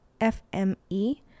F-M-E